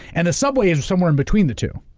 and the subway is somewhere in between the two,